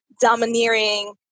domineering